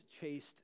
chased